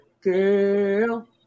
girl